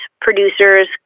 producers